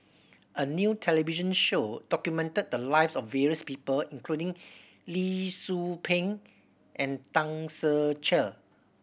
a new television show documented the lives of various people including Lee Tzu Pheng and Tan Ser Cher